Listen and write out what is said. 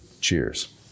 Cheers